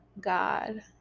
God